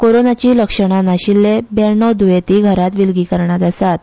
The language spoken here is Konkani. कोरोनाची लक्षणा नाशिल्ले ब्याणव द्येंती घरात विलगीकरणात आसात